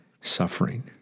suffering